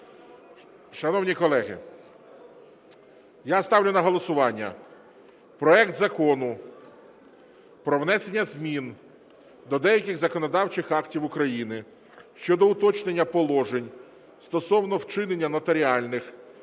Шановні колеги, я ставлю на голосування проект Закону про внесення змін до деяких законодавчих актів України щодо уточнення положень стосовно вчинення нотаріальних